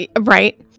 Right